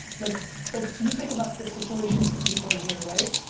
like like you think about this situation from people in here, right?